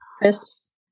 crisps